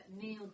Neil